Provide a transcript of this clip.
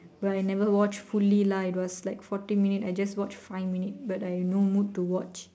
but I never watch fully lah it was like fourteen minute I just watch five minute but I no mood to watch